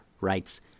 writes